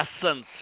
essence